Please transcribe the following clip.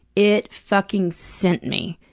it fucking sent me.